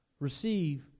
Receive